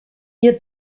ihr